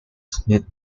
smith